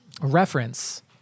reference